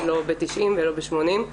לא ב-90% ולא ב-80%.